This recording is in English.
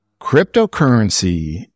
Cryptocurrency